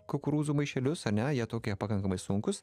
kukurūzų maišelius anie jie tokie pakankamai sunkūs